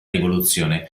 rivoluzione